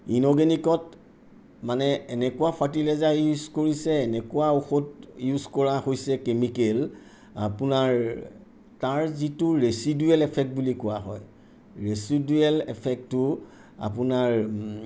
ইনঅৰ্গেনিকত মানে এনেকুৱা fertilizer use কৰিছে এনেকুৱা ঔষধ ইউজ কৰা হৈছে কেমিকেল আপোনাৰ তাৰ যিটো ৰেচিডোৱেল এফেক্ট বুলি কোৱা হয় ৰেচিডোৱেল এফেক্টটো আপোনাৰ